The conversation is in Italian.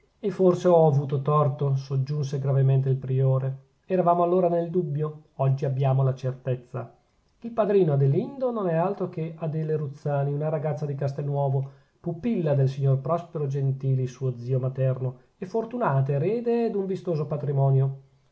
e forse ho avuto torto soggiunse gravemente il priore eravamo allora nel dubbio oggi abbiamo la certezza il padrino adelindo non è altro che adele ruzzani una ragazza di castelnuovo pupilla del signor prospero gentili suo zio materno e fortunata erede d'un vistoso patrimonio